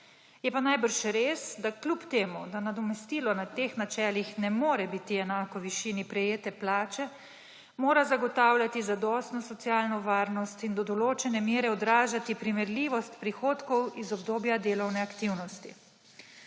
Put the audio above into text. Je pa najbrž res, da kljub temu da nadomestilo na teh načelih ne more biti enako višini prejete plače, mora zagotavljati zadostno socialno varnost in do določene mere odražati primerljivost prihodkov iz obdobja delovne aktivnosti.